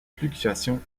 fluctuations